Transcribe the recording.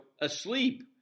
asleep